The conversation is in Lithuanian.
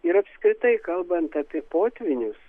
ir apskritai kalbant apie potvynius